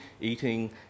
eating